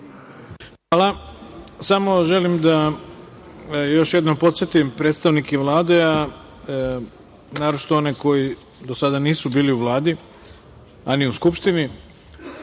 Hvala. Samo želim da još jednom podsetim predstavnike Vlade, naročito one koji do sada nisu bili u Vladi, a ni u Skupštini.